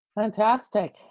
Fantastic